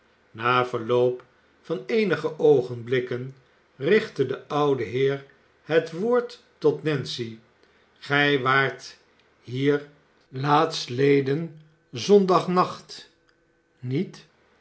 na verloop van eenige oogenblikken richtte de oude heer het woord tot nancy gij waart hier laatstleden zondagnacht niet